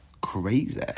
Crazy